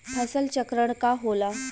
फसल चक्रण का होला?